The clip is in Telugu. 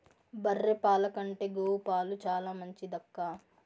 బర్రె పాల కంటే గోవు పాలు చాలా మంచిదక్కా